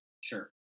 Sure